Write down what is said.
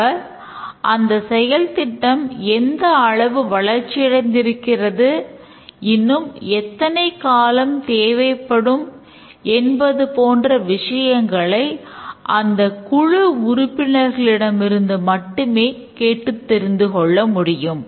அவர் அந்த செயல்திட்டம் எந்த அளவு வளர்ச்சி அடைந்திருக்கிறது இன்னும் எத்தனை காலம் தேவைப்படும் என்பது போன்ற விஷயங்களை அந்தக் குழு உறுப்பினர்களிடமிருந்து மட்டுமே கேட்டுத் தெரிந்து கொள்ள முடியும்